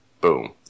Boom